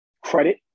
credit